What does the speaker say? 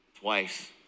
Twice